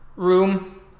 Room